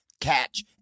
Catch